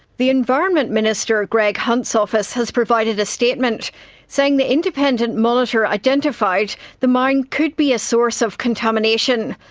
the environment minister greg hunt's office has provided a statement saying the independent monitor identified the mine could be a source of contamination.